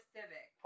Civic